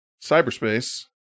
cyberspace